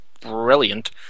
brilliant